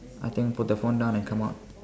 I think put the phone down and come out